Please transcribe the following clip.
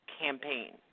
campaign